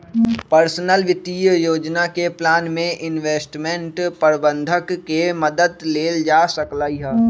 personal वित्तीय योजना के प्लान में इंवेस्टमेंट परबंधक के मदद लेल जा सकलई ह